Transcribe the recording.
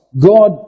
God